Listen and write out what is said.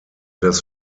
des